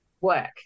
work